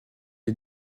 les